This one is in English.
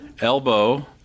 elbow